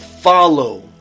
follow